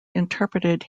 interpreted